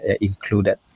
included